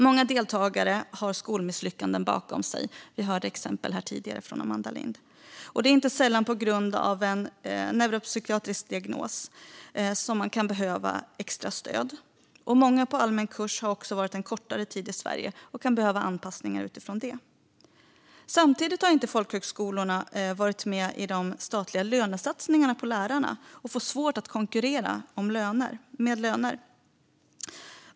Många deltagare har skolmisslyckanden bakom sig. Vi hörde exempel här tidigare från Amanda Lind. Det är inte sällan på grund av en neuropsykiatrisk diagnos som man kan behöva extra stöd. Många på allmän kurs har också varit en kortare tid i Sverige och kan behöva anpassningar utifrån det. Samtidigt har inte folkhögskolorna varit med i de statliga lönesatsningarna på lärarna och får svårt att konkurrera med löner.